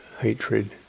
hatred